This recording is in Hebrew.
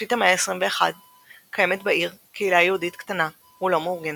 בראשית המאה ה-21 קיימת בעיר קהילה יהודית קטנה ולא מאורגנת.